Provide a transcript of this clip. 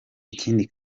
ikindi